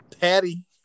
Patty